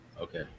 okay